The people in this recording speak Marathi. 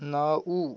नऊ